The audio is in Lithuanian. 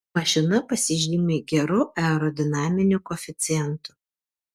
mašina pasižymi geru aerodinaminiu koeficientu